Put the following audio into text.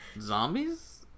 zombies